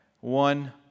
one